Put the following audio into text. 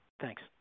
Thanks